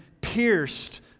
pierced